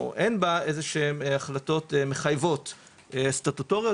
או אין בה איזשהן החלטות מחייבות סטטוטוריות,